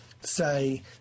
say